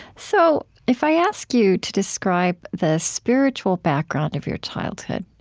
so if i ask you to describe the spiritual background of your childhood,